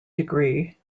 degree